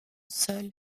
seul